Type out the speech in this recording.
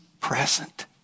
present